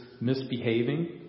misbehaving